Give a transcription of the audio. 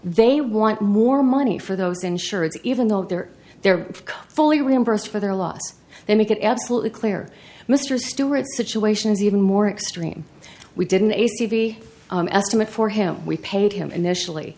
they want more money for those insurance even though they're they're fully reimbursed for their loss they make it absolutely clear mr stewart situation is even more extreme we didn't a c v estimate for him we paid him initially